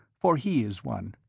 for he is one.